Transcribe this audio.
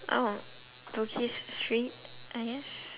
oh bugis street as